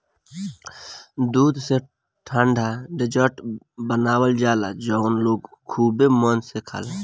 दूध से ठंडा डेजर्ट बनावल जाला जवन लोग खुबे मन से खाला